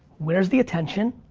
where's the attention,